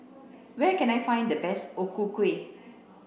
where can I find the best O Ku Kueh